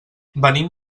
venim